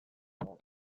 dago